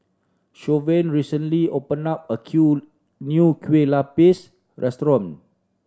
Shavonne recently opened a kueh new lupis restaurant